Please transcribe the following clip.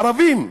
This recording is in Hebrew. ערבים,